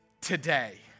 today